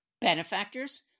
Benefactors